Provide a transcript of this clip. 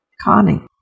Connie